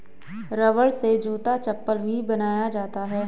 रबड़ से जूता चप्पल भी बनाया जाता है